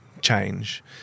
change